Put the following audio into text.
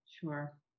Sure